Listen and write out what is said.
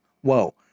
whoa